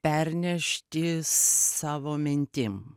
pernešti savo mintim